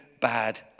bad